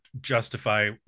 justify